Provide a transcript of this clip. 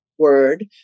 word